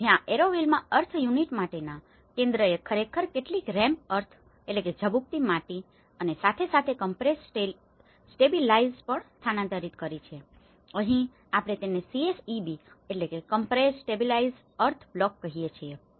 તેથી જ્યાં એરોવિલમાં અર્થ યુનિટ માટેના કેન્દ્રએ ખરેખર કેટલીક રેમ્ડ અર્થrammed earth ઝબુકતી માટી અને સાથે સાથે કમ્પ્રેસ્ડ સ્ટેબીલાઈઝડ પણ સ્થાનાંતરીત કરી છે અહીં આપણે તેને CSEB કહીએ છીએ